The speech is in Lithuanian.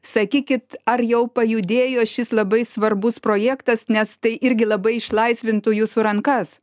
sakykit ar jau pajudėjo šis labai svarbus projektas nes tai irgi labai išlaisvintų jūsų rankas